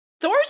Thor's